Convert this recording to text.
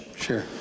Sure